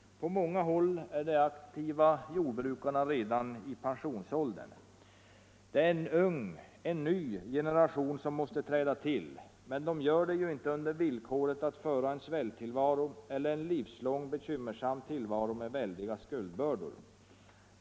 På många håll är de aktiva jordbrukarna redan i pensionsåldern. Det är en ny och ung generation som måste träda till, men den gör det inte under villkoret att föra en svälttillvaro och en livslång bekymmersam tillvaro med väldiga skuldbördor.